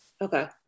Okay